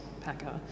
packer